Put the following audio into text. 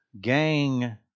gang